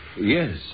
Yes